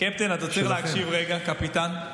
קפטן, אתה צריך להקשיב רגע, קפיטן.